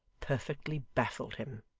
perfectly baffled him.